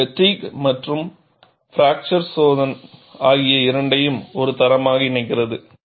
இது ஃப்பெட்டிக் மற்றும் பிராக்சர் சோதனை ஆகிய இரண்டையும் ஒரு தரமாக இணைக்கிறது